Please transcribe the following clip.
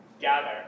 gather